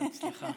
בהצלחה.